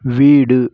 வீடு